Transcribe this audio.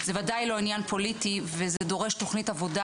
זה וודאי לא עניין פוליטי וזה דורש תוכנית עבודה,